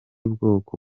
bwoko